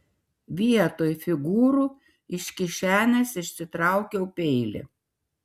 vietoj figūrų iš kišenės išsitraukiau peilį